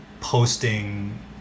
posting